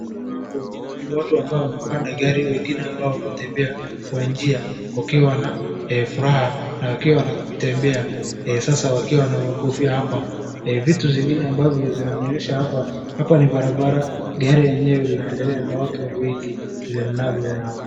Naona hapo ni watu ambao wamepanda gari wengine ambao wanatembea kwa njia wakiwa na furaha na wakiwa wanatembea sasa wakiwa na makofia hapa vitu zingine ambavyo zinanionyesha hapa, hapa ni barabara gari lenyewe linaendelea na watu ni wengi vile naona hapa.